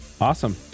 Awesome